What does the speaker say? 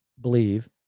believe